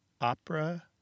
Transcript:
Opera